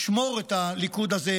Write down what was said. לשמור את הליכוד הזה,